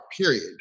Period